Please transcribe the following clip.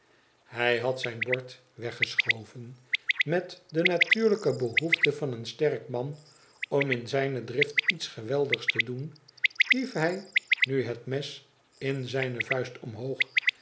hij had zijn bord weggeschoven met de natuurlijke behoefte van een sterk man om in zijne drift iets geweldigs te doen hief hij nu het mes in njne vuist omhoog